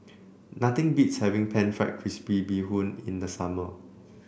nothing beats having pan fried crispy Bee Hoon in the summer